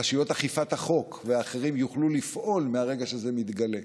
רשויות אכיפת החוק ואחרים יוכלו לפעול מהרגע שזה מתגלה.